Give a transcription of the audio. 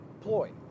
ploy